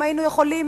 אם היינו יכולים,